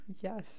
Yes